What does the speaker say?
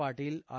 Patil R